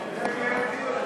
נתקבלו.